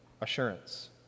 assurance